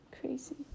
crazy